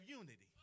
unity